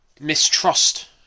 mistrust